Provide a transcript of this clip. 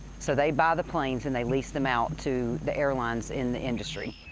so they buy the planes and they lease them out to the airlines in the industry.